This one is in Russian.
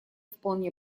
вполне